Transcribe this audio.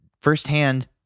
firsthand